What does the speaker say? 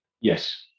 yes